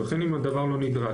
ולכן אם הדבר לא נדרש,